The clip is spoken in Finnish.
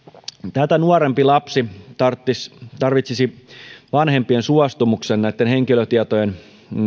tätä nuorempi lapsi tarvitsisi tarvitsisi vanhempien suostumuksen näitten henkilötietojen